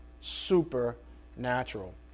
Supernatural